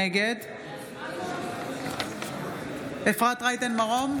נגד אפרת רייטן מרום,